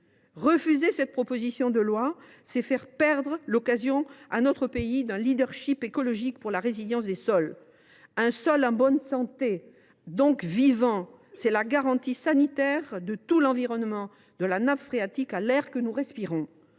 Rejeter cette proposition de loi, c’est faire perdre à notre pays l’occasion de prendre le leadership écologique pour la résilience des sols. Un sol en bonne santé, donc vivant, c’est la garantie d’un bon état sanitaire de tout l’environnement, de la nappe phréatique à l’air que nous respirons.